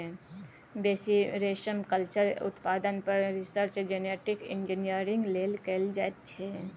बेसी रेशमकल्चर उत्पादन पर रिसर्च जेनेटिक इंजीनियरिंग लेल कएल जाइत छै